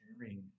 sharing